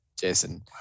Jason